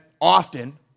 often